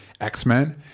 x-men